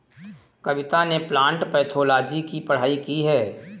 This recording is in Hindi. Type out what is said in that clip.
कविता ने प्लांट पैथोलॉजी की पढ़ाई की है